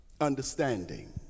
understanding